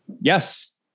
yes